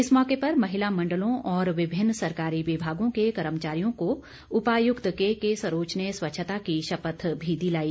इस मौके पर महिला मण्डलों और विभिन्न सरकारी विभागों के कर्मचारियों को उपायुक्त केके सरोच ने स्वच्छता की शपथ भी दिलाई